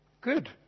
Good